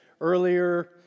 earlier